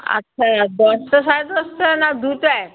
আচ্ছা দশটা সাড়ে দশটা না দুটোয়